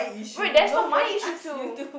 wait that's not my issue too